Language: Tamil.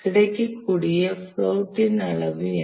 கிடைக்கக்கூடிய பிளோடின் அளவு என்ன